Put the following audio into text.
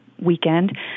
weekend